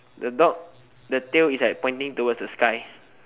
the dog the tail is like pointing towards the sky